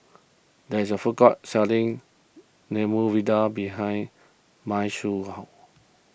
there is a food court selling Medu Vada behind Mai's house